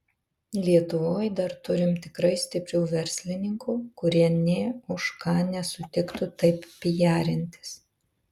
lietuvoj dar turim tikrai stiprių verslininkų kurie nė už ką nesutiktų taip pijarintis